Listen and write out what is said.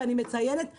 ואני מציינת "הזויות".